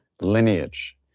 lineage